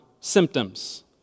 symptoms